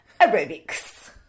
aerobics